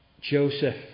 Joseph